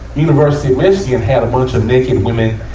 university of michigan has a bunch of naked women